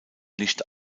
nicht